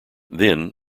then